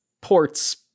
Ports